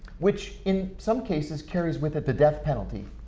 which in some cases carries with it the death penalty,